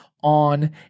on